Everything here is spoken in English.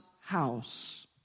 house